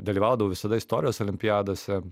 dalyvaudavau visada istorijos olimpiadose